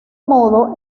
modo